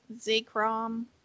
Z-Crom